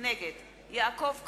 נגד יעקב כץ,